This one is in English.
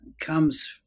comes